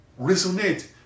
resonate